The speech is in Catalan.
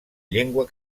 llengua